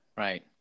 Right